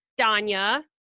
Danya